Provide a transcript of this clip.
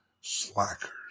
slackers